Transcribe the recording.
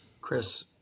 Chris